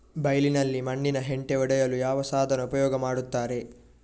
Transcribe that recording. ಬೈಲಿನಲ್ಲಿ ಮಣ್ಣಿನ ಹೆಂಟೆ ಒಡೆಯಲು ಯಾವ ಸಾಧನ ಉಪಯೋಗ ಮಾಡುತ್ತಾರೆ?